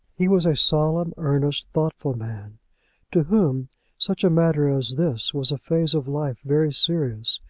he was a solemn, earnest, thoughtful man to whom such a matter as this was a phase of life very serious,